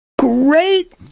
Great